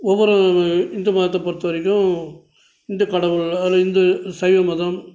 ஒவ்வொரு இந்து மதத்தை பொறுத்தவரைக்கும் இந்து கடவுள் அதில் இந்து சைவ மதம்